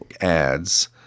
ads